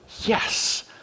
Yes